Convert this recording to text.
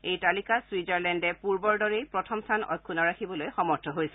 এই তালিকাত ছুইজাৰলেণ্ডে পূৰ্বৰ দৰেই প্ৰথম স্থান অক্ষুন্ন ৰাখিবলৈ সমৰ্থ হৈছে